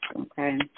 okay